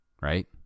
right